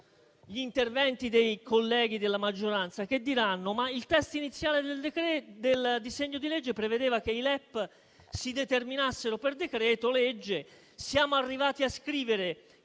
gli interventi dei colleghi della maggioranza che diranno che il testo iniziale del disegno di legge prevedeva che i LEP si determinassero per decreto-legge, e siamo arrivati a scrivere